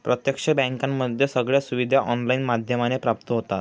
प्रत्यक्ष बँकेमध्ये सगळ्या सुविधा ऑनलाईन माध्यमाने प्राप्त होतात